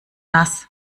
nass